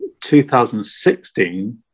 2016